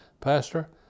Pastor